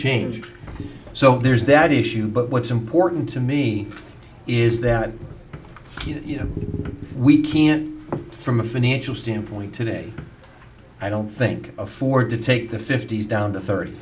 change so there's that issue but what's important to me is that you know we can't from a financial standpoint today i don't think afford to take the fifty's down to thirty